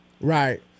Right